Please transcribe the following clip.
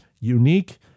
unique